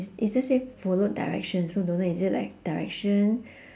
it it just say follow directions so don't know is it like direction